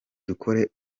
dukore